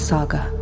Saga